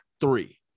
three